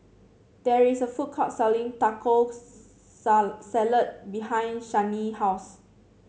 there is a food court selling Taco Sa Salad behind Shianne house